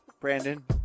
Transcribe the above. Brandon